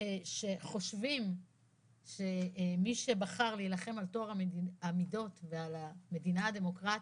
שחושבים שמי שבחר להילחם על טוהר המידות ועל המדינה הדמוקרטית,